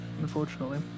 unfortunately